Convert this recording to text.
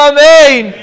Amen